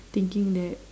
thinking that